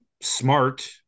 smart